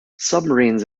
submarines